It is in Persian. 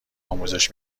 آموزش